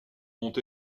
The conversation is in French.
ont